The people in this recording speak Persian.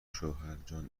شوهرجان